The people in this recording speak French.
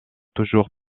toujours